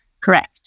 Correct